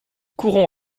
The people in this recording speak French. courons